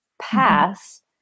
pass